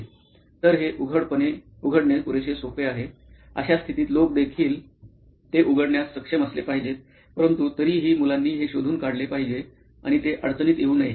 तर हे उघडणे पुरेसे सोपे आहे अशा स्थितीत लोक देखील ते उघडण्यास सक्षम असले पाहिजेत परंतु तरीही मुलांनी हे शोधून काढले पाहिजे आणि ते अडचणीत येऊ नये